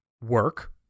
work